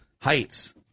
heights